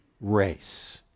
race